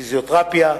פיזיותרפיה,